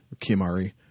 Kimari